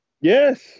Yes